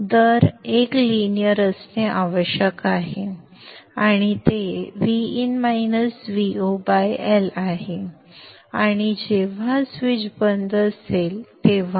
तर दर एक लिनियर असणे आवश्यक आहे आणि ते L आहे आणि जेव्हा स्विच बंद असेल तेव्हा